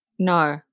No